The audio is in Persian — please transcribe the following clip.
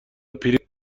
پرینت